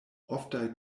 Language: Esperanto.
oftaj